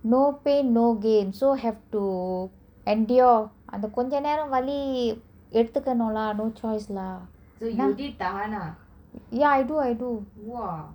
no pain no gain so have to endure அந்த கொஞ்ச நேரோ வலி எடுதுகனு:antha konja nero vali eduthukanu lah no choice lah என்னா:ennaa ya I do I do